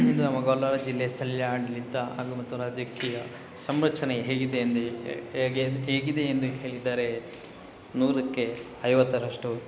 ನಮ್ಮ ಕೋಲಾರ ಜಿಲ್ಲೆಯ ಸ್ಥಳೀಯ ಆಡಳಿತ ಹಾಗೂ ಮತ್ತು ರಾಜಕೀಯ ಸಂರಚನೆ ಹೇಗಿದೆ ಎಂದರೆ ಹೇಗೆ ಹೇಗಿದೆ ಎಂದು ಹೇಳಿದರೆ ನೂರಕ್ಕೆ ಐವತ್ತರಷ್ಟು